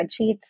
spreadsheets